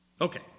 Okay